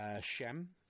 Shem